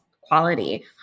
quality